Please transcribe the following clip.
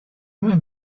went